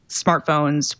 smartphones